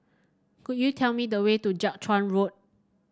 could you tell me the way to Jiak Chuan Road